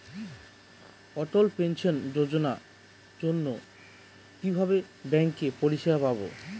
অটল pension যোজনার জন্য কিভাবে ব্যাঙ্কে পরিষেবা পাবো?